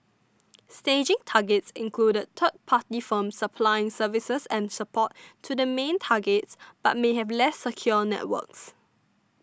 staging targets included third party firms supplying services and support to the main targets but may have less secure networks